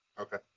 Okay